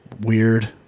weird